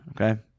okay